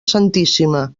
santíssima